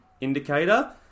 indicator